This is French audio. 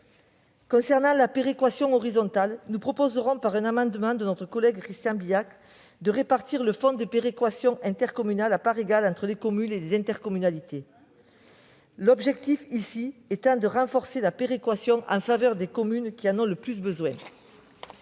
Concernant la péréquation horizontale, nous proposerons, par un amendement de notre collègue Christian Bilhac, de répartir le fonds national de péréquation des ressources intercommunales et communales à parts égales entre les communes et les intercommunalités, l'objectif étant de renforcer la péréquation en faveur des communes qui en ont le plus besoin.